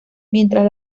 mientras